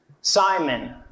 Simon